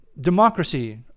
democracy